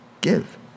give